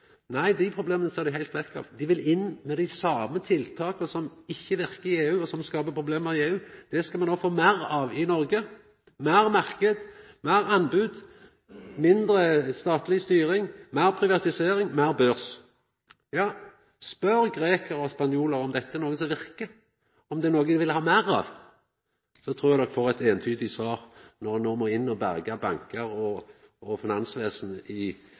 Nei, dei problema ser dei heilt vekk frå. Dei vil inn med dei same tiltaka som ikkje verkar i EU, og som skapar problem i EU – dei skal me no få meir av i Noreg: meir marknad, meir anbod, mindre statleg styring, meir privatisering, meir børs. Ja, spør grekarar og spanjolar om dette, om det er noko som verkar, om det er noko dei vil ha meir av. Då trur eg dei får eit eintydig svar, når EU no må bruka pengar på å berga bankar og